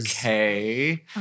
okay